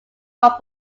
off